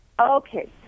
Okay